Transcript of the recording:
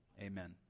Amen